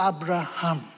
Abraham